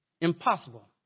Impossible